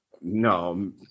No